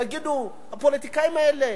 יגידו: הפוליטיקאים האלה,